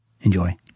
Enjoy